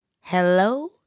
Hello